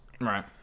Right